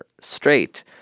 straight